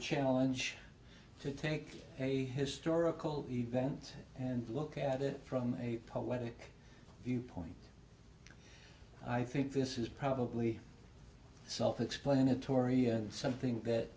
challenge to take a historical event and look at it from a poetic viewpoint i think this is probably self explanatory and something that